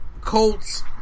Colts